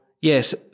yes